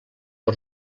per